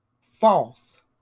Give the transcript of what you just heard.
False